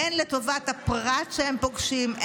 הן לטובת הפרט שהם פוגשים,